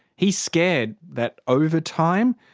he's scared that over time,